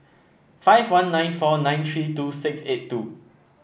five one nine four nine three two six eight two